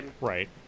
Right